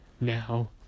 Now